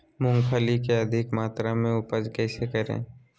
मूंगफली के अधिक मात्रा मे उपज कैसे करें?